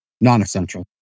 non-essential